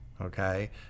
Okay